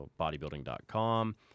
bodybuilding.com